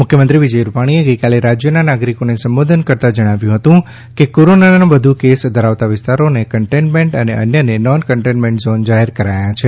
મુખ્યમંત્રી વિજય રૂપાણીએ ગઇકાલે રાજયના નાગરીકોને સંબોધન કરતા જણાવ્યું હતું કે કોરોનાના વધુ કેસ ધરાવતા વિસ્તારોને કન્ટેનમેન્ટ અને અન્યને નોન કન્ટેનમેન્ટ ઝોન જાહેર કરાયા છે